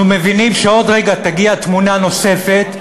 אנחנו מבינים שעוד רגע תגיע תמונה נוספת,